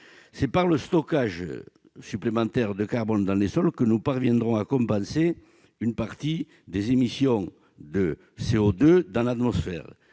C'est par le stockage supplémentaire de carbone dans les sols que nous parviendrons à compenser une partie des émissions de CO2 dans l'atmosphère